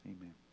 amen